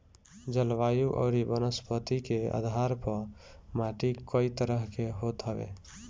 जलवायु अउरी वनस्पति के आधार पअ माटी कई तरह के होत हवे